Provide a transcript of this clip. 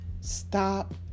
Stop